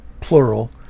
plural